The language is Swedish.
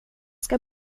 ska